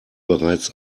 bereits